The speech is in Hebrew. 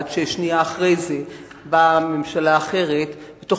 עד ששנייה אחרי זה באה ממשלה אחרת ותוך